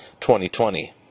2020